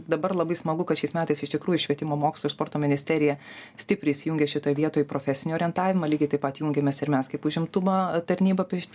dabar labai smagu kad šiais metais iš tikrųjų švietimo mokslo ir sporto ministerija stipriai įsijungė šitoj vietoj į profesinį orientavimą lygiai taip pat jungiamės ir mes kaip užimtumo tarnyba